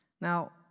Now